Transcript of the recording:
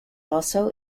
also